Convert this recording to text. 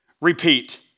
repeat